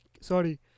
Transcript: sorry